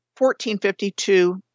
1452